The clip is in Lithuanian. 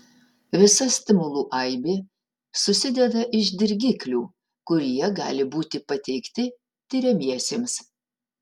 visa stimulų aibė susideda iš dirgiklių kurie gali būti pateikti tiriamiesiems